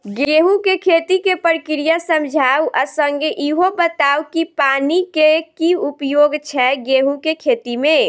गेंहूँ केँ खेती केँ प्रक्रिया समझाउ आ संगे ईहो बताउ की पानि केँ की उपयोग छै गेंहूँ केँ खेती में?